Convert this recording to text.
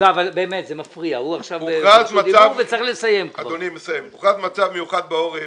הוכרז מצב מיוחד בעורף,